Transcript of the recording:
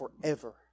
forever